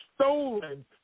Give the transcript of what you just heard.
stolen